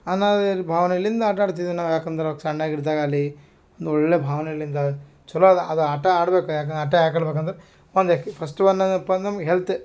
ಅನ್ನೋದೆ ಇಲ್ಲ ಭಾವ್ನೆಲ್ಲಿಂದ ಆಟಾಡ್ತಿದ್ದೇವು ನಾವು ಯಾಕಂದರೆ ಅವ್ಕೆ ಸಣ್ಣಗೆ ಇಡ್ದಾಗ ಅಲ್ಲಿ ಒಂದು ಒಳ್ಳೇ ಭಾವನೆಗಳಿಂದ ಚಲೋ ಅದ ಅದು ಆಟ ಆಡ್ಬೇಕು ಯಾಕೆ ಆಟ ಯಾಕೆ ಆಡ್ಬೇಕು ಅಂದ್ರೆ ಒಂದೇಕ್ ಫಸ್ಟ್ ಒನ್ ಏನಪ್ಪ ನಮ್ಮ ಹೆಲ್ತ್